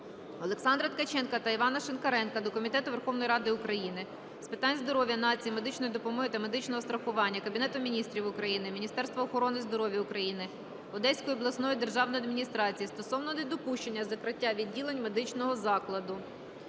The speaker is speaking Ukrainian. Олександра Ткаченка та Івана Шинкаренка до Комітету Верховної Ради України з питань здоров'я нації, медичної допомоги та медичного страхування, Кабінету Міністрів України, Міністерства охорони здоров'я України, Одеської обласної державної адміністрації стосовно недопущення закриття відділень медичного закладу.